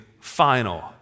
final